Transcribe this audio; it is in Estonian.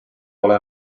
pole